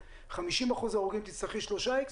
ל-50% הרוגים תצטרכי 3 "איקס",